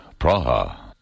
Praha